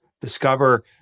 discover